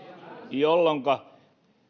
jolloinka